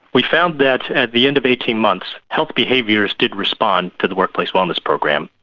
we found that at the end of eighteen months, health behaviours did respond to the workplace wellness program,